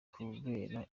kubera